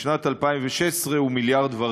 ובשנת 2016 הוא 1.25 מיליארד.